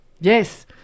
Yes